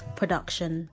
production